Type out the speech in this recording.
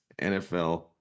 nfl